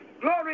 Glory